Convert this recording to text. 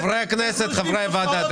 חברי הכנסת חברי הוועדה,